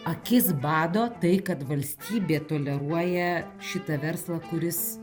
akis bado tai kad valstybė toleruoja šitą verslą kuris